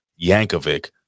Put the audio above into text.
Yankovic